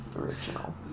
Original